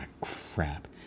crap